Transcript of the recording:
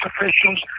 officials